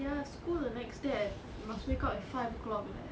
ya school the next day I must wake up at five o'clock leh